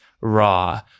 raw